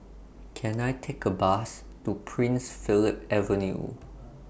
Can I Take A Bus to Prince Philip Avenue